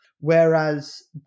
Whereas